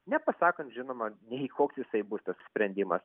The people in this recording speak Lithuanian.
nepasakant žinoma nei koks jisai bus tas sprendimas